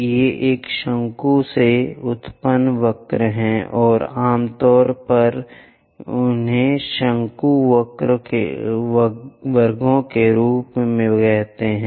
ये एक शंकु से उत्पन्न वक्र हैं और हम आमतौर पर उन्हें शंकु वर्गों के रूप में कहते हैं